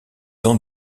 d’en